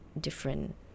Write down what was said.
different